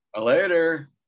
Later